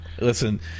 Listen